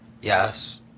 Yes